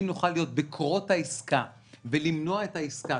אם נוכל להיות בקורות העסקה ולמנוע את העסקה,